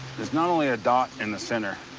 there's not only a dot in the center,